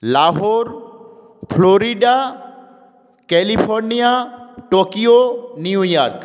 Lahore Florida California Tokyo New York